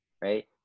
right